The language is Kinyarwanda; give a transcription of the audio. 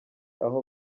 aho